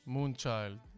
Moonchild